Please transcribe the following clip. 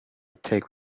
take